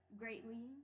greatly